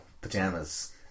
pajamas